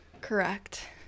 correct